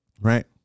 Right